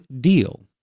deal